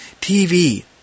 TV